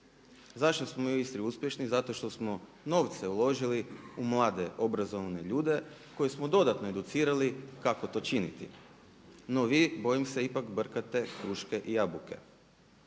Zašto smo mi u Istri uspješni? Zato što smo novce uložili u mlade obrazovane ljude koje smo dodatno educirali kako to činiti. No, vi bojim se ipak brkate kruške i jabuke.